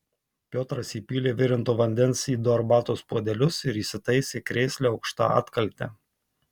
piotras įpylė virinto vandens į du arbatos puodelius ir įsitaisė krėsle aukšta atkalte